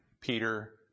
Peter